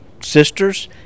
sisters